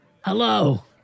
hello